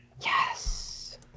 yes